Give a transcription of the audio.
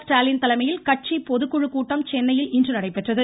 ஸ்டாலின் தலைமையில் கட்சி பொதுக்குழு கூட்டம் சென்னையில் இன்று நடைபெற்றது